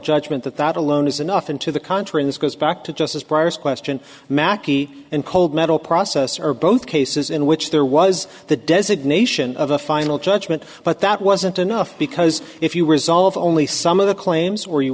judgment that that alone is enough and to the contrary this goes back to justice briar's question mackey and cold metal processor both cases in which there was the designation of a final judgment but that wasn't enough because if you were solve only some of the claims or you